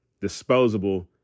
disposable